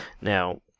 Now